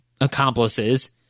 accomplices